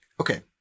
Okay